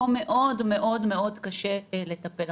פה מאוד- מאוד קשה לטפל.